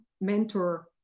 mentor